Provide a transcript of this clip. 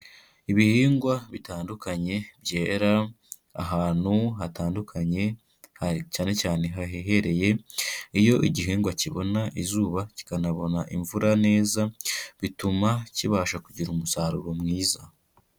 Ibihingwa bitandukanye byera ahantu hatandukanye, cyane cyane hahehereye iyo igihingwa kibona izuba kikanabona imvura neza, bituma kibasha kugira umusaruro mwiza.